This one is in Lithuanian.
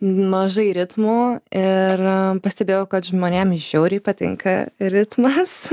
mažai ritmų ir pastebėjau kad žmonėm žiauriai patinka ritmas